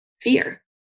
fear